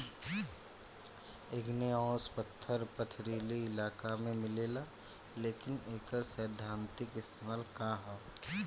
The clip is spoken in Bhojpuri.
इग्नेऔस पत्थर पथरीली इलाका में मिलेला लेकिन एकर सैद्धांतिक इस्तेमाल का ह?